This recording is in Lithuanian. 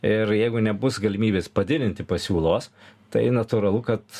ir jeigu nebus galimybės padidinti pasiūlos tai natūralu kad